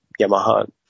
Yamaha